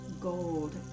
gold